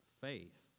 Faith